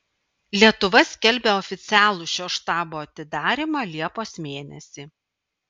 lietuva skelbia oficialų šio štabo atidarymą liepos mėnesį